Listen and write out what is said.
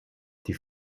die